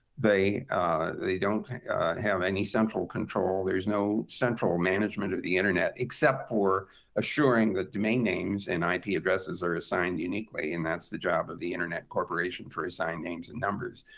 they they don't have any central control. there's no central management of the internet, except for assuring that domain names and ip addresses are assigned uniquely. and that's the job of the internet corporation for assigned names and numbers.